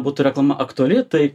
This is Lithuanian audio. būtų reklama aktuali tai